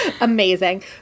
Amazing